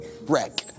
wreck